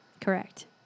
Correct